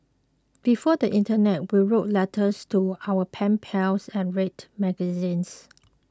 before the internet we wrote letters to our pen pals and read magazines